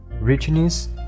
Richness